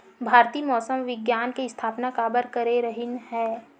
भारती मौसम विज्ञान के स्थापना काबर करे रहीन है?